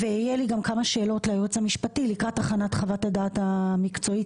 יהיו לי גם כמה שאלות ליועץ המשפטי לקראת הכנת חוות הדעת המקצועית.